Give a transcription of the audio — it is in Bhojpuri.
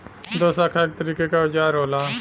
दोशाखा एक तरीके के औजार होला